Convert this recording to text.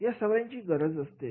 या सगळ्याची गरज असते